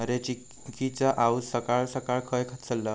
अरे, चिंकिची आऊस सकाळ सकाळ खंय चल्लं?